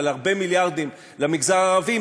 על הרבה מיליארדים למגזר הערבי,